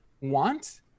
want